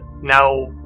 Now